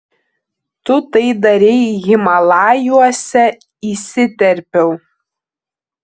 tu tai darei himalajuose įsiterpiau